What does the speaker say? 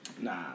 Nah